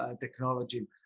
technology